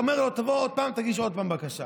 אתה אומר לו: תבוא עוד פעם, תגיש עוד פעם בקשה.